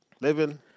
living